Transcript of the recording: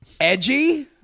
Edgy